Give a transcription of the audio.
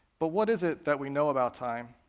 but what is it that we know about time?